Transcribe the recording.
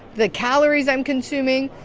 the calories i'm consuming.